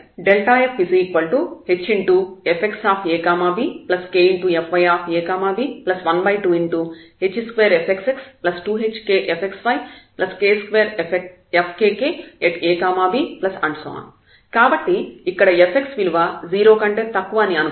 fhfxabkfyab12h2fxx2hkfxyk2fkkab కాబట్టి ఇక్కడ fx విలువ 0 కంటే తక్కువ అని అనుకుందాం